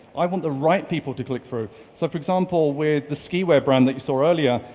i want the right people to click-through. so for example, where the ski-wear brand that you saw earlier,